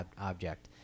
object